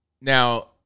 Now